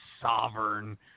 sovereign